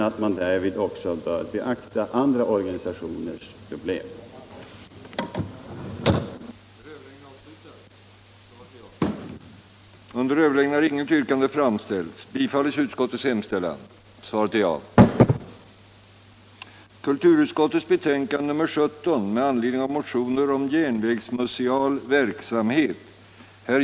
Därvid bör också andra organisationers problem beaktas.